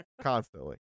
constantly